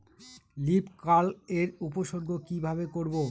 Leaf curl এর উপসর্গ কিভাবে করব?